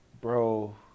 bro